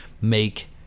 make